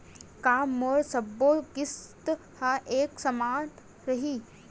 का मोर सबो किस्त ह एक समान रहि?